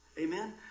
Amen